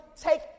take